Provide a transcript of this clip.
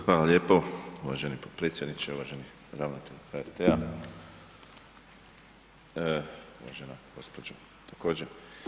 Hvala lijepo uvaženi potpredsjedniče, uvaženi ravnatelju HRT-a, uvažena gospođo također.